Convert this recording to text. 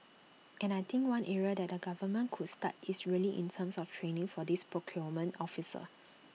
and I think one area that the government could start is really in terms of training for these procurement officers